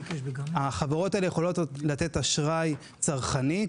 החברות האלה יכולות לתת אשראי צרכני,